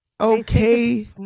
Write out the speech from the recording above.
okay